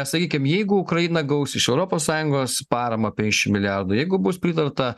sakykim jeigu ukraina gaus iš europos sąjungos paramą penkiasdešim milijardų jeigu bus pritarta